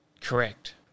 correct